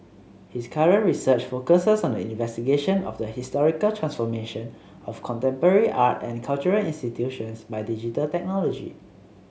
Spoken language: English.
his current research focuses on the investigation of the historical transformation of contemporary art and cultural institutions by digital technology